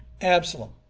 absalom